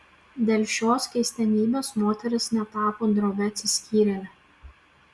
dėl šios keistenybės moteris netapo drovia atsiskyrėle